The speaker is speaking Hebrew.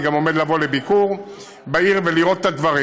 אני גם עומד לבוא לביקור בעיר ולראות את הדברים,